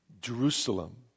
Jerusalem